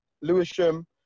Lewisham